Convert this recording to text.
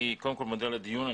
אני מודה על הדיון.